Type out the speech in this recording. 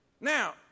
now